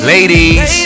Ladies